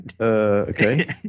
okay